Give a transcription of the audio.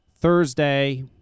Thursday